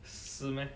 是 meh